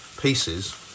pieces